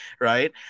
right